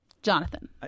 Jonathan